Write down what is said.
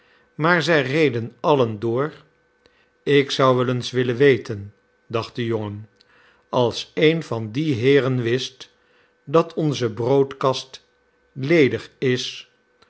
maar zij reden alien door ik zou wel eens willen weten dacht de jongen als een van die heeren wist dat onze broodkast ledig is